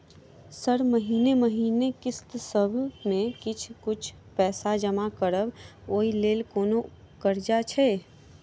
Sir महीने महीने किस्तसभ मे किछ कुछ पैसा जमा करब ओई लेल कोनो कर्जा छैय?